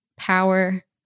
power